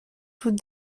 toute